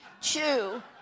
Chew